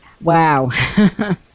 Wow